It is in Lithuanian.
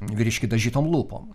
vyriškį dažytom lūpom